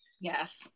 Yes